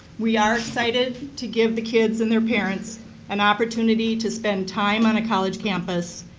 we are excited to give the kids and their parents an opportunity to spend time on a college campus,